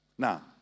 Now